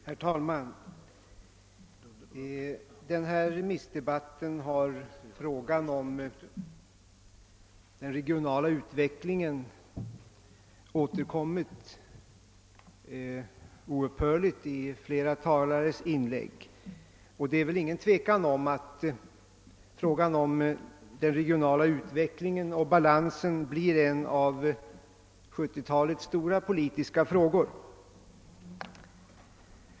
Herr talman! I denna remissdebatt har frågan om den regionala utvecklingen återkommit oupphörligt. Det är väl inget tvivel om att den regionala utvecklingen och balansen blir en av 1970-talets stora politiska frågor.